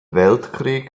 weltkrieg